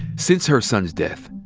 since her son's death,